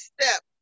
step